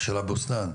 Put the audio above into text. הגיאוגרפי של אבו סנאן